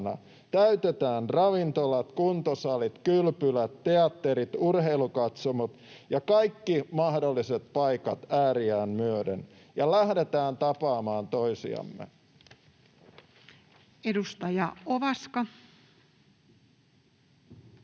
täytetään ravintolat, kuntosalit, kylpylät, teatterit, urheilukatsomot ja kaikki mahdolliset paikat ääriään myöden ja lähdetään tapaamaan toisiamme. [Speech 55]